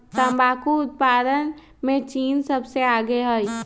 तंबाकू उत्पादन में चीन सबसे आगे हई